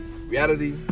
Reality